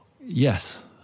Yes